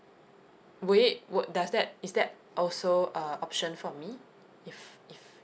will it would does that is that also uh option for me if if